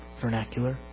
vernacular